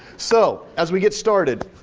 so, as we get started,